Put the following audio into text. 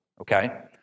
Okay